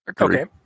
Okay